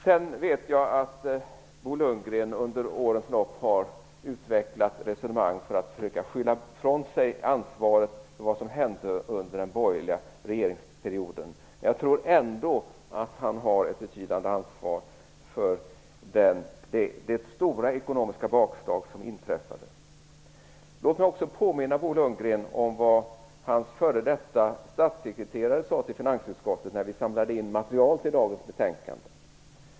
Jag vet att Bo Lundgren under årens lopp har utvecklat resonemang för att försöka skylla ifrån sig när det gäller ansvaret för vad som hände under den borgerliga regeringsperioden. Jag tror ändå att han har ett betydande ansvar för det stora ekonomiska bakslag som inträffade. Låt mig också påminna Bo Lundgren om vad hans f.d. statssekreterare sade till finansutskottet när vi samlade in material till dagens betänkande.